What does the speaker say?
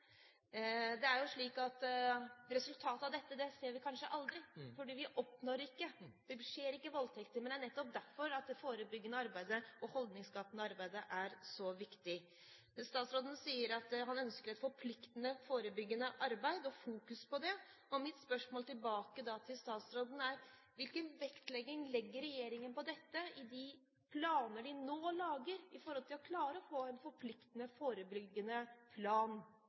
Det er jo slik at resultatet av dette ser vi kanskje aldri, for det skjer ikke voldtekter. Men det er nettopp derfor det forebyggende arbeidet og det holdningsskapende arbeidet er så viktig. Statsråden sier at han ønsker et forpliktende forebyggende arbeid, og fokus på det. Mitt spørsmål tilbake til statsråden er: Hvilken vekt legger regjeringen på dette i de planer de nå lager for å få en forpliktende forebyggende plan